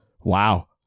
Wow